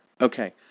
Okay